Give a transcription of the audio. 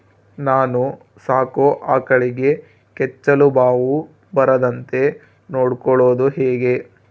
ನಾನು ಸಾಕೋ ಆಕಳಿಗೆ ಕೆಚ್ಚಲುಬಾವು ಬರದಂತೆ ನೊಡ್ಕೊಳೋದು ಹೇಗೆ?